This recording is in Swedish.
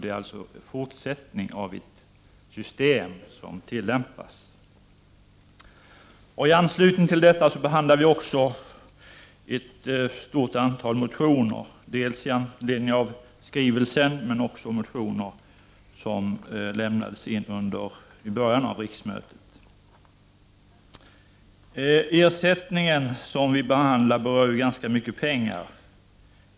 Det är således en fortsättning av ett system som tillämpas. I anslutning härtill behandlar vi också ett stort antal motioner, dels i anledning av skrivelsen, dels motioner som väcktes i början av detta riksmöte. Den ersättning som vi talar om gäller ganska mycket pengar.